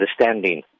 understanding